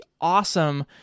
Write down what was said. awesome